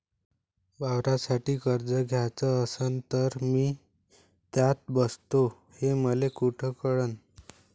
वावरासाठी कर्ज घ्याचं असन तर मी त्यात बसतो हे मले कुठ कळन?